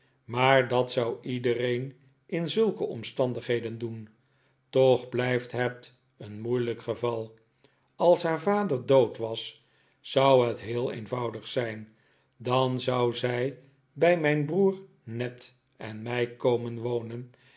maar dat zou iedereen in zulke omstandigheden doen toch blijft het een moeilijk geval als haar vader dood was zou het heel eenvoudig zijn dan zou zij bij mijn broer ned en mij komen wonen